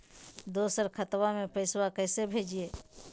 दोसर खतबा में पैसबा कैसे भेजिए?